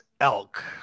elk